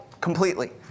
completely